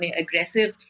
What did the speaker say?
aggressive